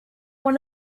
one